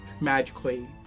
magically